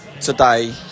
today